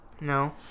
No